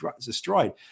destroyed